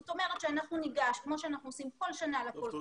זאת אומרת שאנחנו ניגש כמו שאנחנו עושים כל שנה לקול